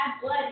blood